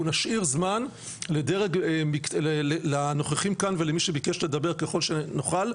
נשאיר זמן לנוכחים כאן ולמי שביקש לדבר ככל שנוכל.